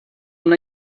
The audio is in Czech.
mne